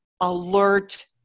alert